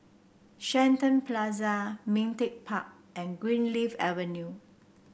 Shenton Plaza Ming Teck Park and Greenleaf Avenue